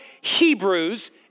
Hebrews